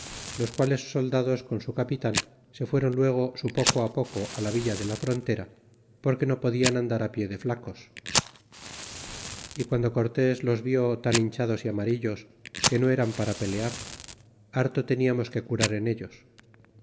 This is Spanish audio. los piales soldados con su capitan se fuéron luego su poco poco la villa de la frontera porque no podian andar pie de flacos a guando cortés los vió tan hinchados y amarillos que no eran para pelear harto teniamos que curar en ellos